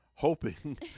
Hoping